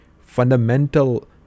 fundamental